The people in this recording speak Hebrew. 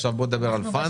עכשיו בוא דבר על fund.